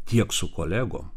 tiek su kolegom